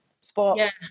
sports